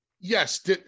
Yes